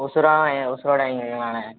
உசாரவே உசுரோடு வாங்கிறீங்களாணே